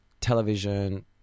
television